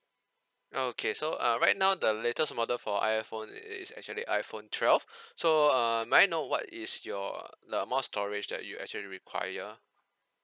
okay so uh right now the latest model for iphone is is actually iphone twelve so err may I know what is your the amount storage that you actually require